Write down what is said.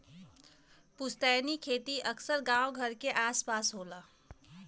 पुस्तैनी खेत अक्सर गांव घर क आस पास होला